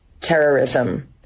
terrorism